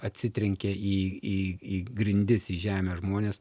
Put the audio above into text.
atsitrenkia į į į grindis į žemę žmonės